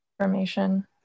information